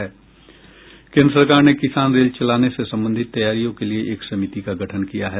केन्द्र सरकार ने किसान रेल चलाने से संबंधित तैयारियों के लिए एक समिति का गठन किया है